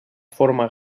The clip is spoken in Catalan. forma